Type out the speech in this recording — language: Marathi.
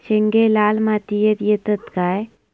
शेंगे लाल मातीयेत येतत काय?